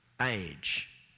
age